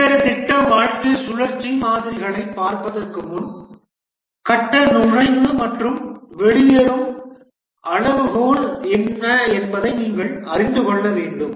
வெவ்வேறு திட்ட வாழ்க்கை சுழற்சி மாதிரிகளைப் பார்ப்பதற்கு முன் கட்ட நுழைவு மற்றும் வெளியேறும் அளவுகோல் என்ன என்பதை நீங்கள் அறிந்து கொள்ள வேண்டும்